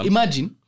Imagine